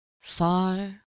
far